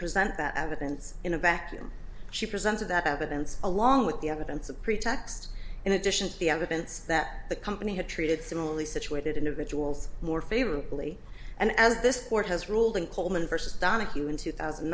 present that evidence in a vacuum she presented that evidence along with the evidence a pretext in addition to the evidence that the company had treated similarly situated individuals more favorably and as this court has ruled in coleman versus donahue in two thousand